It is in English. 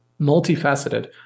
multifaceted